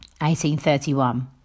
1831